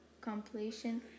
completion